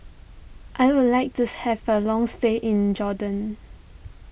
I would like to have a long stay in Jordan